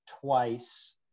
twice